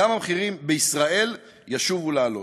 גם המחירים בישראל ישובו לעלות,